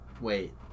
Wait